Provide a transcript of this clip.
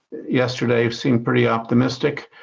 yesterday seemed pretty optimistic.